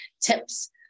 tips